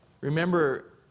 Remember